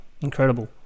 Incredible